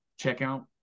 checkout